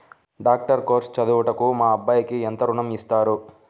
Doctor course చదువుటకు మా అబ్బాయికి ఎంత ఋణం ఇస్తారు?